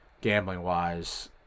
gambling-wise